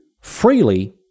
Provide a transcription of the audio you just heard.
freely